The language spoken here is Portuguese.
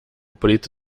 preto